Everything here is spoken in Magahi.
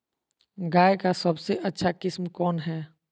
गाय का सबसे अच्छा किस्म कौन हैं?